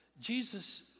Jesus